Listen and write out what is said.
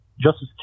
Justice